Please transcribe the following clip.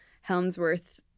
Helmsworth